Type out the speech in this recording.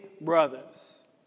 brothers